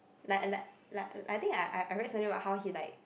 like like like I think I I very sensitive about how he like